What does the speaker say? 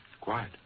Quiet